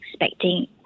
expecting